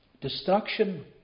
Destruction